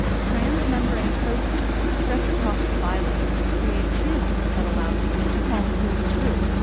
transmembrane proteins stretch across the bilayer to create channels that allow specific molecules through,